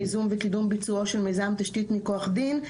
ייזום וקידום ביצוע של מיזם תשתית מכוח דין,